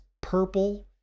purple